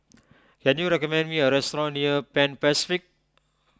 can you recommend me a restaurant near Pan Pacific